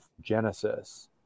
Genesis